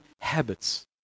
habits